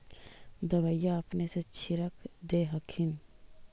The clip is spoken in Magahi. दबइया अपने से छीरक दे हखिन?